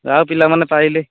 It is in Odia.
ଯାହା ହେଉ ପିଲାମାନେ ପାଇଲେ